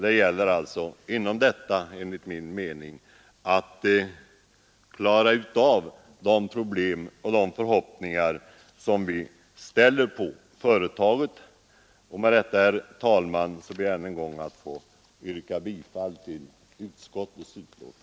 Det gäller enligt min mening att inom detta företag klara ut problemen, så att företaget motsvarar våra förhoppningar. Med detta ber jag, herr talman, att än en gång få yrka bifall till utskottets hemställan.